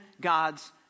God's